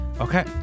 okay